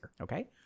Okay